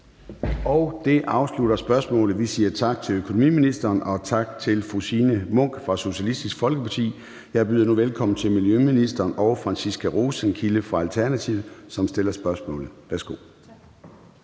Det afslutter spørgsmålet. Vi siger tak til økonomiministeren og tak til fru Signe Munk fra Socialistisk Folkeparti. Jeg byder nu velkommen til miljøministeren og fru Franciska Rosenkilde fra Alternativet, som stiller spørgsmålet. Kl.